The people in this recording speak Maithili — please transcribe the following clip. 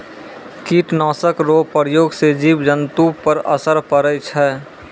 कीट नाशक रो प्रयोग से जिव जन्तु पर असर पड़ै छै